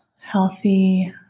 healthy